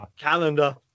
Calendar